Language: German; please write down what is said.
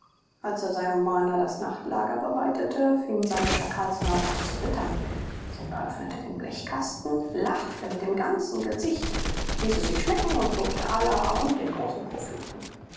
als er seinem bana das nachtlager bereitete fing seine schakalsnase an zu wittern simba öffnete den blechkasten lachte mit dem ganzen gesicht ließ es sich schmecken und lobte allah und den großen propheten